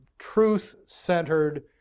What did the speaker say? truth-centered